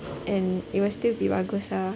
and it will still be bagus